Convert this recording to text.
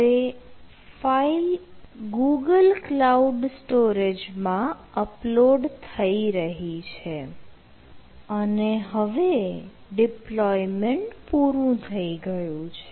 હવે file Google cloud storage માં upload થઈ રહી છે અને હવે ડિપ્લોયમેન્ટ પૂરું થઈ ગયું છે